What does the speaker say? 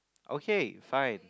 okay fine